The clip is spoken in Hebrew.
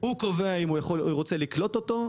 הוא קובע האם הוא יכול או רוצה לקלוט אותו,